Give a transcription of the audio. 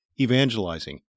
evangelizing